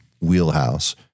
wheelhouse